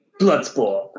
Bloodsport